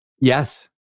Yes